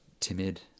timid